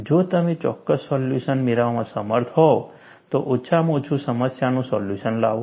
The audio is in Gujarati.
જો તમે કોઈ ચોક્કસ સોલ્યુશન મેળવવામાં અસમર્થ હોય તો ઓછામાં ઓછું સમસ્યાનું સોલ્યુશન લાવો